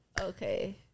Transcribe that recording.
Okay